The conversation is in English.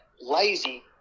lazy